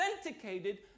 authenticated